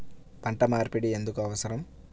పంట మార్పిడి ఎందుకు అవసరం?